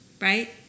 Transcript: right